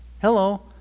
Hello